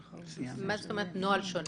מה זאת אומרת "נוהל שונה"?